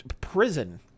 prison